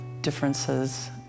differences